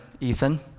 Ethan